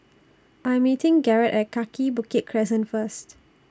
I'm meeting Garrett At Kaki Bukit Crescent First